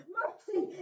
mercy